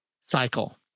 cycle